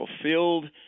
fulfilled